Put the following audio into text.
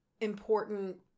important